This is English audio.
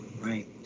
Right